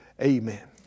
Amen